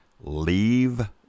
leave